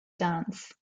dance